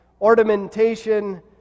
ornamentation